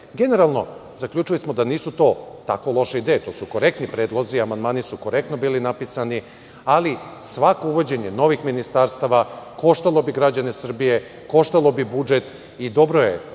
generalno, zaključili smo da nisu to tako loše ideje. Naprotiv, to su korektni predlozi, amandmani su korektno bili napisani, ali svako uvođenje novih ministarstava koštalo bi građane Srbije, koštalo bi budžet. Dobro je